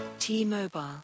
T-Mobile